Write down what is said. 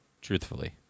Truthfully